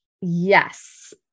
Yes